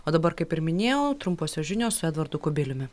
o dabar kaip ir minėjau trumposios žinios su edvardu kubiliumi